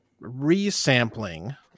resampling